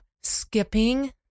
skipping